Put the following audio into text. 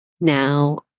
Now